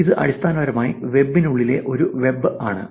ഇത് അടിസ്ഥാനപരമായി വെബിനുള്ളിലെ ഒരു വെബ് ആണ്